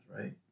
right